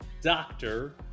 doctor